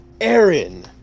Aaron